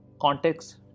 context